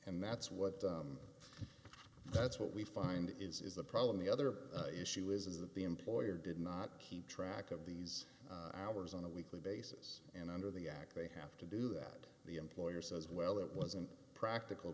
and that's what that's what we find is the problem the other issue is that the employer did not keep track of these hours on a weekly basis and under the act they have to do that the employer says well it wasn't practical